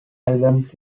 albums